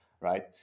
right